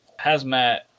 Hazmat